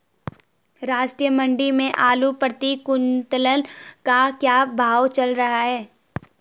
राष्ट्रीय मंडी में आलू प्रति कुन्तल का क्या भाव चल रहा है?